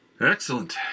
Excellent